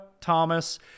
Thomas